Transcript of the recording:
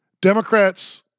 Democrats